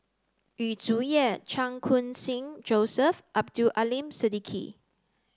Yu Zhuye Chan Khun Sing Joseph and Abdul Aleem Siddique